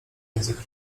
język